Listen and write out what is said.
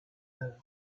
œuvres